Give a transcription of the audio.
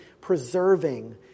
preserving